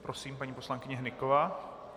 Prosím, paní poslankyně Hnyková.